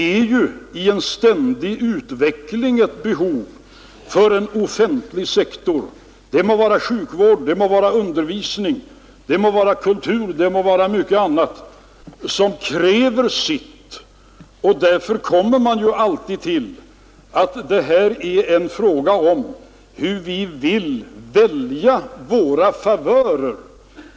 I en ständig utveckling är det ju ett behov av en offentlig sektor — det må vara sjukvård, det må vara undervisning, det må vara kultur, det må vara mycket annat, som kräver sitt. Därför kommer man alltid till att detta är en fråga om hur vi vill välja våra favörer.